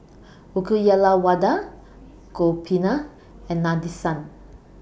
Uyyalawada Gopinath and Nadesan